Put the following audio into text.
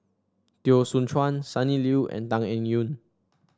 Teo Soon Chuan Sonny Liew and Tan Eng Yoon